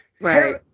Right